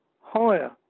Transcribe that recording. higher